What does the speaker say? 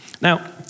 Now